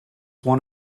one